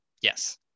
Yes